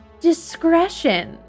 discretion